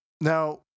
Now